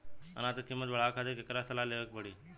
अनाज क कीमत बढ़ावे खातिर केकरा से सलाह लेवे के पड़ी?